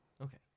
Okay